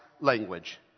language